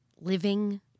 Living